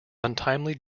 untimely